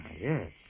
yes